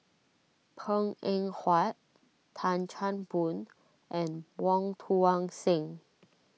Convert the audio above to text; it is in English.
Png Eng Huat Tan Chan Boon and Wong Tuang Seng